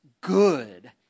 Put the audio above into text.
good